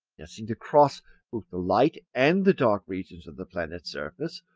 they are seen to cross both the light and the dark regions of the planet's surface,